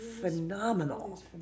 phenomenal